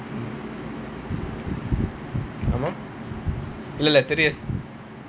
இல்ல இல்ல தெரியாது:illa illa theriyaathu